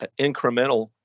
incremental